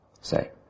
say